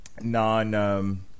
non